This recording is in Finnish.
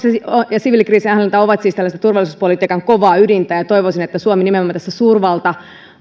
ja siviilikriisinhallinta ovat siis turvallisuuspolitiikan kovaa ydintä ja toivoisin että suomi nimenomaan tässä suurvalta